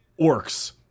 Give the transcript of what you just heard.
orcs